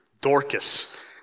Dorcas